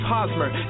Hosmer